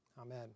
Amen